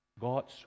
God's